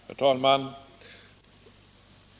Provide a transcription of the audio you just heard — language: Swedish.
Herr talman!